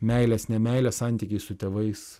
meilės nemeilės santykiai su tėvais